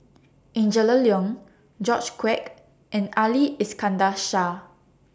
Angela Liong George Quek and Ali Iskandar Shah